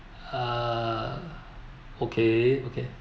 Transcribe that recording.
uh okay